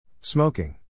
Smoking